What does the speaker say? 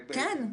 כן.